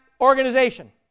organization